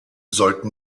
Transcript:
sollten